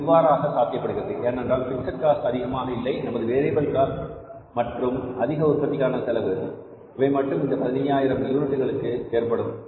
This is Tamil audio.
இது இவ்வாறாக சாத்தியப்படுகிறது ஏனென்றால் பிக்ஸட் காஸ்ட் அதிகமாக இல்லை நமது வேரியபில் காஸ்ட் மற்றும் அதிக உற்பத்திக்கான செலவு இவை மட்டும் இந்த 15000 யூனிட்களுக்கு ஏற்படும்